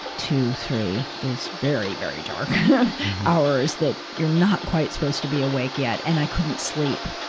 two, three, those very, very dark hours that you're not quite supposed to be awake yet, and i couldn't sleep.